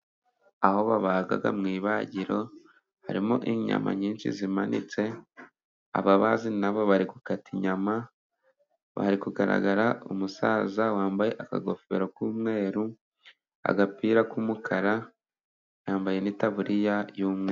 Aho babaga mu ibagiro, harimo inyama nyinshi zimanitse, ababazi nabo bari gukata inyama, hari kugaragara umusaza wambaye akagofero k'umweru, agapira k'umukara, yambaye n'itaburiya y'umweru.